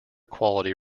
quality